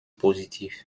positiv